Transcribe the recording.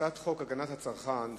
הצעת חוק הגנת הצרכן (תיקון,